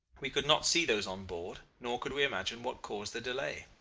we could not see those on board, nor could we imagine what caused the delay.